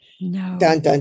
No